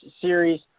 series